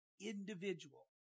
individual